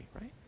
right